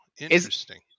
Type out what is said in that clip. interesting